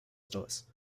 stores